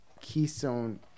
Keystone